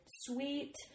sweet